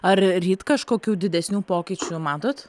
ar ryt kažkokių didesnių pokyčių matot